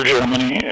Germany